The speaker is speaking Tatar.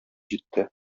җитте